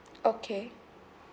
okay